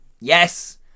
yes